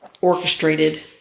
orchestrated